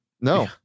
No